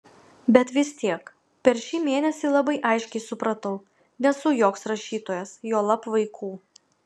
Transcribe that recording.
bet vis tiek per šį mėnesį labai aiškiai supratau nesu joks rašytojas juolab vaikų